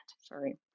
sorry